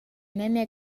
memia